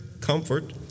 comfort